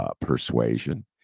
persuasion